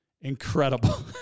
incredible